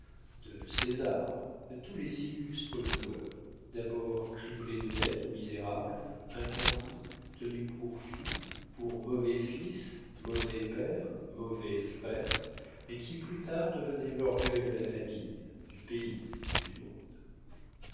de césar de tous les illustres joueurs d'abord criblés de dettes ou misérables incompris tenus pour fous pour mauvais fils mauvais pères mauvais frères mais qui plus tard devenaient l'orgueil de la famille du pays du monde